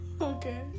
Okay